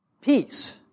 peace